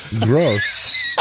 gross